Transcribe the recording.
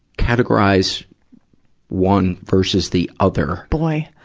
categorize one versus the other? boy!